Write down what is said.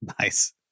Nice